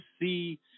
see